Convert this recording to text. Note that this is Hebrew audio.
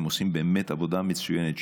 הם עושים באמת עבודה מצוינת,